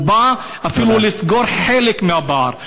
בא לסגור אפילו חלק מהפער.